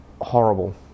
horrible